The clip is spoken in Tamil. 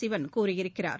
சிவன் கூறியிருக்கிறார்